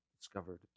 discovered